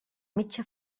mitja